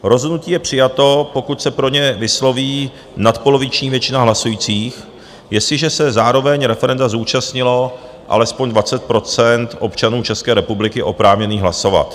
Rozhodnutí je přijato, pokud se pro ně vysloví nadpoloviční většina hlasujících, jestliže se zároveň referenda zúčastnilo alespoň 20 % občanů České republiky oprávněných hlasovat.